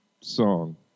song